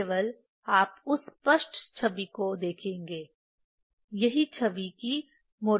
तब केवल आप उस स्पष्ट छवि को देखेंगे यही छवि की मोटे तौर पर फ़ोकसिंग है